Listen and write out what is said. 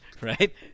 right